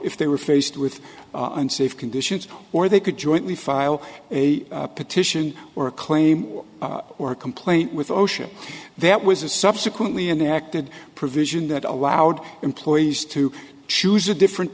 if they were faced with unsafe conditions or they could jointly file a petition or a claim or complaint with osha that was a subsequently enacted provision that allowed employees to choose a different